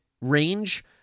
range